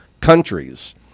countries